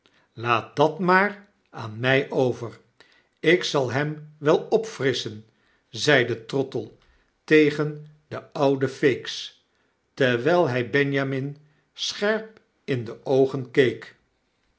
laat dat maar aan my over ik zal hem wel opfrisschen zeide trottle tegen de oude feeks terwyl hy benjamin scherp in de oogen